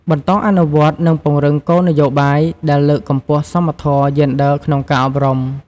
បន្តអនុវត្ត និងពង្រឹងគោលនយោបាយដែលលើកកម្ពស់សមធម៌យេនឌ័រក្នុងការអប់រំ។